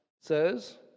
says